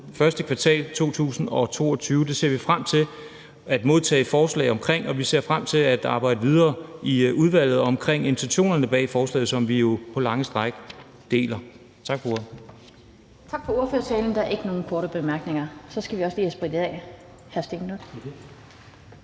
første kvartal af 2022, og vi ser frem til at modtage forslag om det her, og vi ser frem til at arbejde videre i udvalget om intentionerne bag forslaget, som vi jo på lange stræk deler. Tak for ordet. Kl. 18:39 Den fg. formand (Annette Lind): Tak for ordførertalen. Der er ikke nogen korte bemærkninger. Og så skal vi lige have sprittet af.